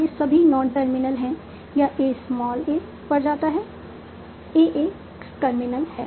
ये सभी non terminal हैं या A स्मॉल ए पर जाता है a एक टर्मिनल है